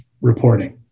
reporting